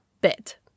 bit